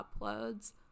uploads